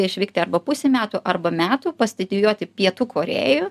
išvykti arba pusį metų arba metų pastidijuoti pietų korėju